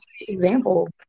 example